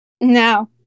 No